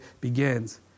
begins